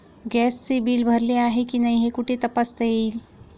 गॅसचे बिल भरले आहे की नाही हे कुठे तपासता येईल?